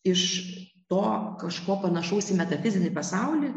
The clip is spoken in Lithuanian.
iš to kažko panašaus į metafizinį pasaulį